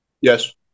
Yes